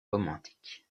romantiques